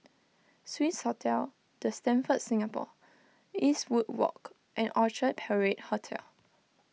Swissotel the Stamford Singapore Eastwood Walk and Orchard Parade Hotel